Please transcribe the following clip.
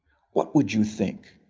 what would you think?